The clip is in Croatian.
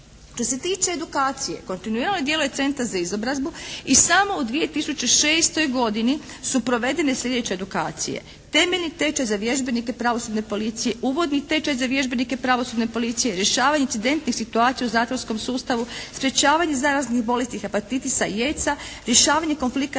Što se tiče edukacije kontinuirano djeluje centar za izobrazbu i samo u 2006. godini su provedene sljedeće edukacije. Temeljni tečaj za vježbenike pravosudne policije, uvodni tečaj za vježbenike pravosudne policije, rješavanje incidentnih situacija u zatvorskom sustavu, sprječavanje zaraznih bolesti hepatitisa i aidsa, rješavanje konflikata